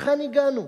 לכאן הגענו.